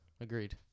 Agreed